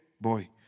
Boy